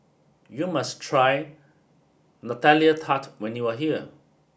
you must try Nutella Tart when you are here